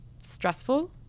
stressful